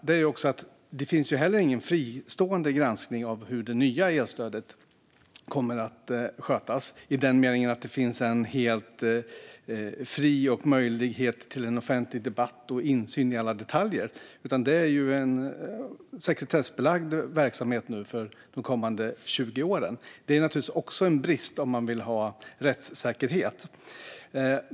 Det finns heller ingen fristående granskning av hur det nya elstödet kommer att skötas i den meningen att det finns möjlighet till en fri, offentlig debatt och insyn i alla detaljer. Det är i stället en sekretessbelagd verksamhet under de kommande 20 åren. Det är naturligtvis också en brist om man vill ha rättssäkerhet.